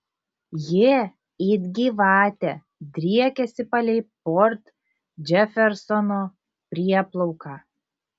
ji it gyvatė driekiasi palei port džefersono prieplauką